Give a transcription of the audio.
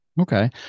Okay